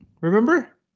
Remember